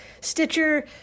Stitcher